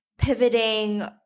Pivoting